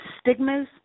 stigmas